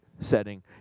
setting